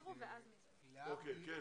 כן.